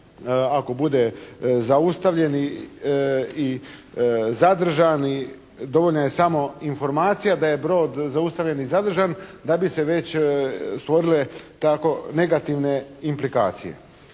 ako bude zaustavljen i zadržan i dovoljna je samo informacija da je brod zaustavljen i zadržan da bi se već stvorile tako negativne implikacije.